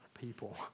people